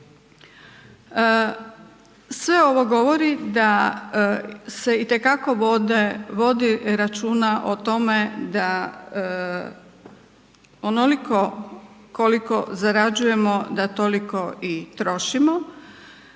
Sve ovo govori da se i te kako vodi računa o tome da onoliko koliko zarađujemo da toliko i trošimo.